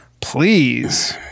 Please